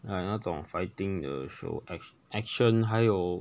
like 那种 fighting 的 show act~ action 还有